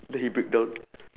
then he break down